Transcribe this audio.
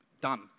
done